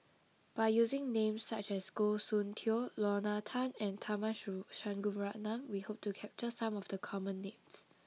by using names such as Goh Soon Tioe Lorna Tan and Tharman Shanmugaratnam we hope to capture some of the common names